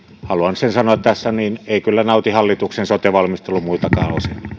haluan sen sanoa tässä ettei kyllä nauti hallituksen sote valmistelu muiltakaan